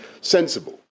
sensible